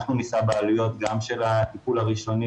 אנחנו נישא בעלויות גם של הטיפול הראשוני